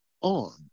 on